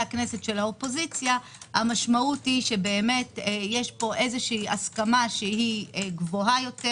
האופוזיציה המשמעות היא שיש פה הסכמה גבוהה יותר